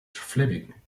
fleming